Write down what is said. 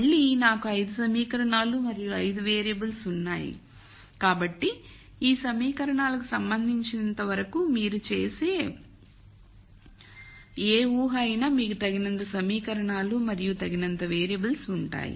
మళ్ళీ నాకు 5 సమీకరణాలు మరియు 5 వేరియబుల్స్ ఉన్నాయి కాబట్టి ఈ సమీకరణాలకు సంబంధించినంత వరకు మీరు చేసే ఏ ఊహ అయినా మీకు తగినంత సమీకరణాలు మరియు తగినంత వేరియబుల్స్ ఉంటాయి